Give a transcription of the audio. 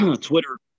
Twitter